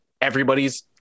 everybody's